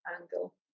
angle